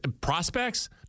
prospects